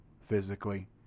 physically